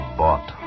bought